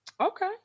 Okay